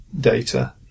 data